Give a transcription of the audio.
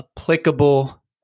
applicable